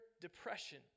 depression